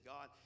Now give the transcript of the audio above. God